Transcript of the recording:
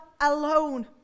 alone